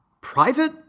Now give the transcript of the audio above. private